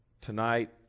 tonight